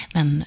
Men